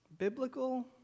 Biblical